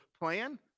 plan